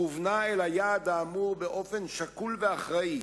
כוונה אל היעד האמור באופן שקול ואחראי,